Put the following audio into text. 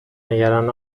نگران